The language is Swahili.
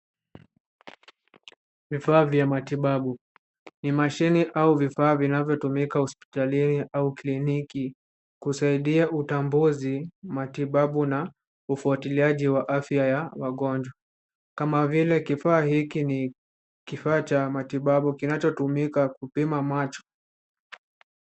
Vifaa vya matibabu ni mashine au vifaa vinavyitumika hospitalini au kliniki kusaidia utambuzi matibabu na ufuatiliaji wa afya ya wagonjwa kama vile kifaa hiki ni kifaa cha matibabu kinachotumika kupima macho.